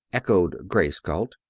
echoed grace galt.